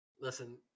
Listen